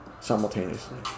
simultaneously